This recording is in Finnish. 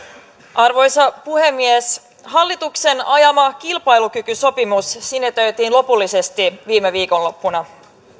arvoisa puhemies hallituksen ajama kilpailukykysopimus sinetöitiin lopullisesti viime viikonloppuna